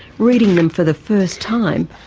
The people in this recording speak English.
reading them for the first time,